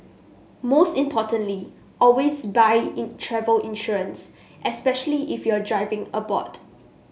most importantly always buy travel insurance especially if you're driving abroad